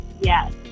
Yes